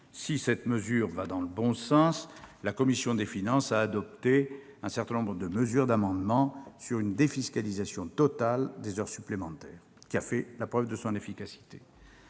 Si cette mesure va dans le bon sens, la commission des finances a adopté un certain nombre d'amendements ayant pour objet la défiscalisation totale des heures supplémentaires, qui a fait la preuve de son efficacité.